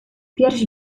pierś